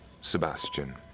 Sebastian